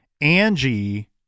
angie